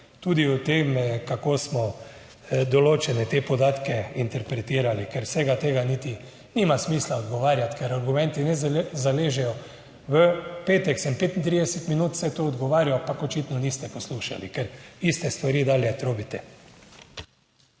tudi o tem, kako smo določene te podatke interpretirali, ker vsega tega niti nima smisla odgovarjati, ker argumenti ne zaležejo. V petek sem 35 minut vse to odgovarjal, ampak očitno niste poslušali, ker iste stvari dalje trobite.